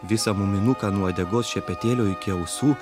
visą muminuką nuo uodegos šepetėlio iki ausų